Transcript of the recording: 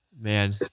man